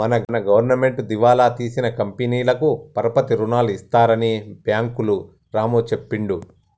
మన గవర్నమెంటు దివాలా తీసిన కంపెనీలకు పరపతి రుణాలు ఇస్తారని బ్యాంకులు రాము చెప్పిండు